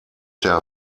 der